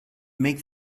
make